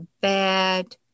bad